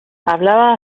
hablaba